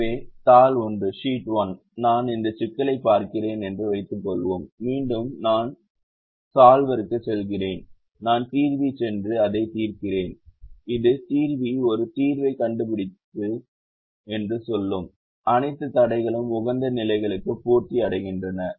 எனவே தாள் 1 நான் இந்த சிக்கலை பார்க்கிறேன் என்று வைத்துக்கொள்வோம் மீண்டும் நான் சால்வர்க்கு செல்கிறேன் நான் தீர்வி சென்று அதை தீர்க்கிறேன் இது தீர்வி ஒரு தீர்வைக் கண்டுபிடித்தது என்று சொல்லும் அனைத்து தடைகளும் உகந்த நிலைகளும் பூர்த்தி அடைகின்றன